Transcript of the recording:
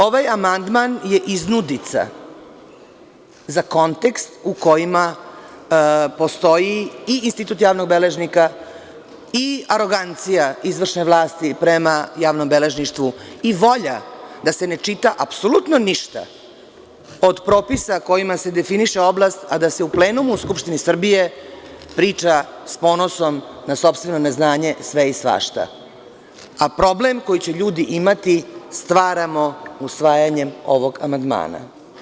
Ovaj amandman je iznudica za kontekst u kojima postoji i institut javnog beležnika i arogancija izvršne vlasti prema javnog beležništvu, i volja da se ne čita apsolutno ništa od propisa kojima se definiše oblast, a da se u plenumu Skupštine Srbije priča s ponosom na sopstveno neznanje sve i svašta, a problem koji će ljudi imati stvaramo usvajanjem ovog amandmana.